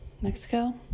Mexico